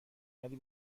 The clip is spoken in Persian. ولی